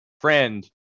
friend